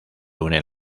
unen